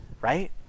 right